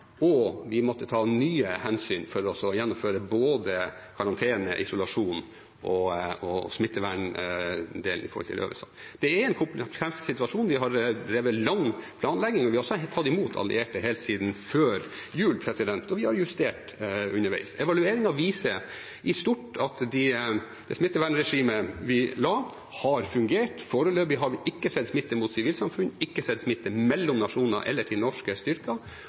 og vi måtte ta nye hensyn for å gjennomføre både karantene, isolasjon og smitteverndelen i forbindelse med disse øvelsene. Det er en kompleks situasjon. Vi har drevet lang planlegging, og vi har også tatt imot allierte helt siden før jul, og vi har justert underveis. Evalueringen viser i stort at det smittevernregimet vi la, har fungert. Foreløpig har vi ikke sett smitte mot sivilsamfunnet, ikke sett smitte mellom nasjoner eller til norske styrker,